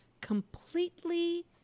completely